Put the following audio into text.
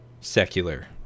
secular